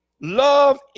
love